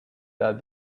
that